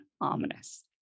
ominous